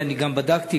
אני גם בדקתי,